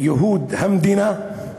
ייהוד המדינה,